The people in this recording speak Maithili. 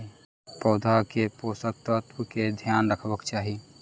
पौधा के पोषक तत्व के ध्यान रखवाक चाही